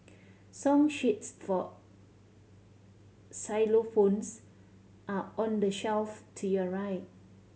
song sheets for xylophones are on the shelf to your right